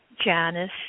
janice